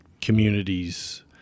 communities